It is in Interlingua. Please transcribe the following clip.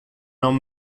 non